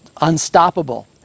unstoppable